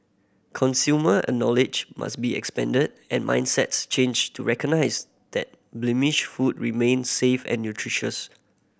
consumer a knowledge must be expanded and mindsets changed to recognise that blemished food remains safe and nutritious